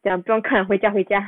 讲不用看了回家回家